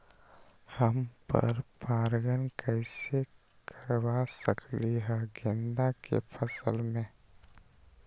हम पर पारगन कैसे करवा सकली ह गेंदा के फसल में?